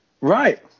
right